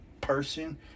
person